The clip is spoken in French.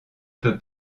peu